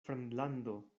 fremdlando